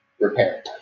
repair